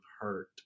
hurt